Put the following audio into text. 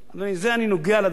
בזה אני נוגע בדבר,